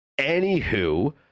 Anywho